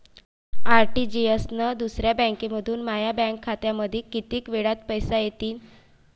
RTGS न दुसऱ्या बँकेमंधून माया बँक खात्यामंधी कितीक वेळातं पैसे येतीनं?